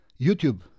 YouTube